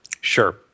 Sure